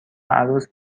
عروس